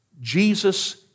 Jesus